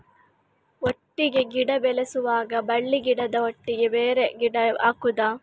ಒಟ್ಟಿಗೆ ಗಿಡ ಬೆಳೆಸುವಾಗ ಬಳ್ಳಿ ಗಿಡದ ಒಟ್ಟಿಗೆ ಬೇರೆ ಗಿಡ ಹಾಕುದ?